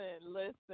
listen